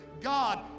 God